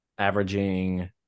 averaging